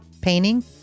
painting